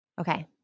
Okay